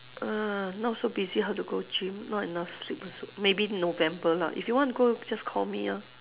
ah now so busy how to go gym not enough sleep also maybe november lah if you want to go just call me ah